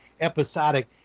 episodic